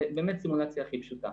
זה באמת סימולציה הכי פשוטה.